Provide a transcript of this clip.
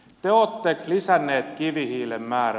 te olette lisänneet kivihiilen määrää